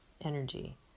energy